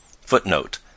Footnote